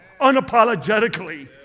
unapologetically